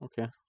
okay